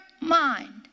mind